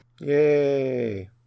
Yay